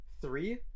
Three